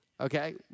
okay